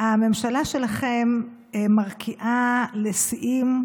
הממשלה שלכם מרקיעה לשיאים,